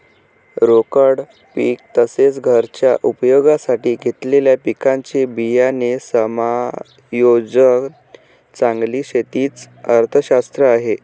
रोकड पीक तसेच, घरच्या उपयोगासाठी घेतलेल्या पिकांचे बियाणे समायोजन चांगली शेती च अर्थशास्त्र आहे